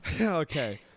Okay